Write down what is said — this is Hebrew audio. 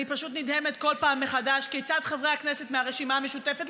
אני פשוט נדהמת כל פעם מחדש כיצד חברי הכנסת מהרשימה המשותפת,